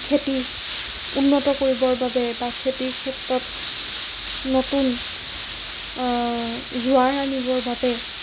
খেতি উন্নত কৰিবৰ বাবে বা খেতিৰ ক্ষেত্ৰত নতুন জোঁৱাৰ আনিবৰ বাবে